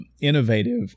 innovative